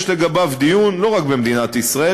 יש לגביו דיון לא רק במדינת ישראל,